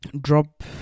drop